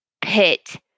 pit